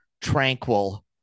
tranquil